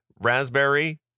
raspberry